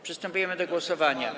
Przystępujemy do głosowania.